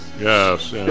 Yes